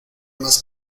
más